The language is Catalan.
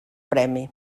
premi